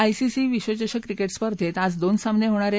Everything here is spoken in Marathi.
आयसीसी विश्वचषक क्रिकेट स्पर्धेत आज दोन सामने होणार आहेत